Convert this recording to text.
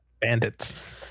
bandits